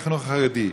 לחינוך החרדי.